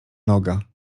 noga